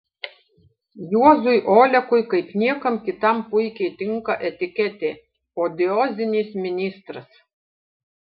juozui olekui kaip niekam kitam puikiai tinka etiketė odiozinis ministras